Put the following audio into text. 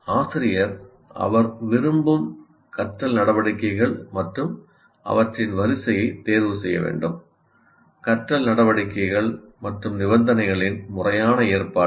ஆசிரியர் அவர் அவள் விரும்பும் கற்றல் நடவடிக்கைகள் மற்றும் அவற்றின் வரிசையை தேர்வு செய்ய வேண்டும் கற்றல் நடவடிக்கைகள் மற்றும் நிபந்தனைகளின் முறையான ஏற்பாடு